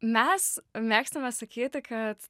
mes mėgstame sakyti kad